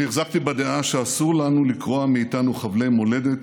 אני החזקתי בדעה שאסור לנו לקרוע מאיתנו חבלי מולדת